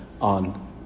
on